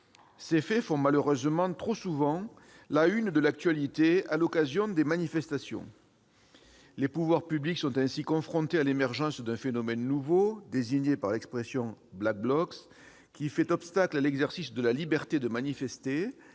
Ces faits font malheureusement trop souvent la « une » de l'actualité à l'occasion des manifestations. Les pouvoirs publics sont ainsi confrontés à l'émergence d'un phénomène nouveau, désigné par l'expression Black Blocs, qui fait obstacle à l'exercice de la liberté de manifester